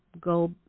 Go